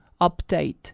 update